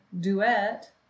duet